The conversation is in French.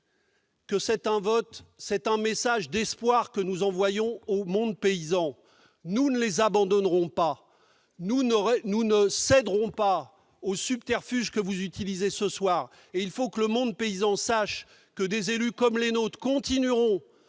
c'est aussi un message d'espoir que nous envoyons au monde paysan. Nous ne les abandonnerons pas, nous ne céderons pas au subterfuge que vous utilisez ce soir. Il faut que le monde paysan le sache, des élus comme ceux du groupe CRCE continueront